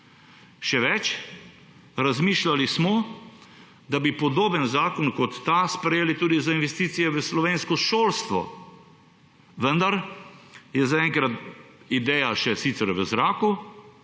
Še več. Razmišljali smo, da bi podoben zakon kot ta sprejeli tudi za investicije v slovensko šolstvo, vendar je zaenkrat ideja še v zraku,